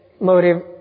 motive